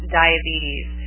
diabetes